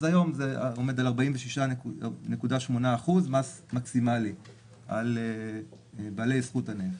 אז היום זה עומד על 46.8% מס מקסימלי על בעלי זכות הנפט.